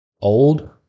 old